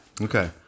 okay